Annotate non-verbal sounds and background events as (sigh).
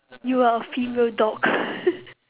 you are a female dog (laughs)